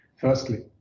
Firstly